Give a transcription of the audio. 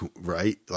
right